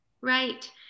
right